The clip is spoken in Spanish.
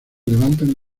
levantan